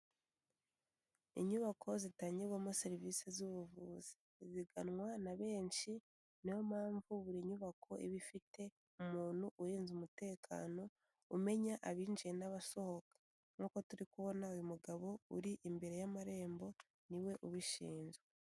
Inyubako zitangirwamo serivisi z'ubuvuzi ziganwa na benshi, niyo mpamvu buri nyubako iba ifite umuntu urinze umutekano umenya abinjiye n'abasohoka. Nk'uko turi kubona uyu mugabo uri imbere y'amarembo ni we ubishinzwe.